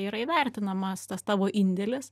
yra įvertinamas tas tavo indėlis